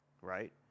right